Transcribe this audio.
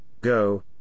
go